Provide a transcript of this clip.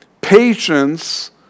patience